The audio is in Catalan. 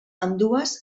ambdues